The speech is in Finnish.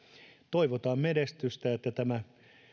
toivotaan menestystä että tämä